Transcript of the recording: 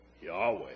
Yahweh